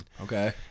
okay